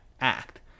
act